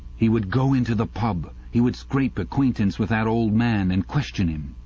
he would go into the pub, he would scrape acquaintance with that old man and question him.